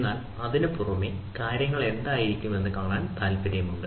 എന്നാൽ അതിനുപുറമെ കാര്യങ്ങൾ എന്തായിരിക്കുമെന്ന് കാണാൻ താൽപ്പര്യമുണ്ട്